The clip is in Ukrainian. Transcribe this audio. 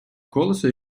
колесо